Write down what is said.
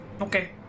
Okay